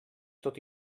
tot